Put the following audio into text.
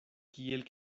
kiel